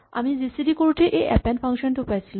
আমি G C D কৰোতেই এই এপেন্ড ফাংচন টো পাইছিলো